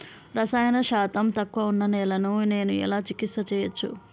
రసాయన శాతం తక్కువ ఉన్న నేలను నేను ఎలా చికిత్స చేయచ్చు?